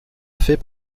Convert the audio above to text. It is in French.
fait